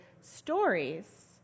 stories